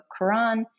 Quran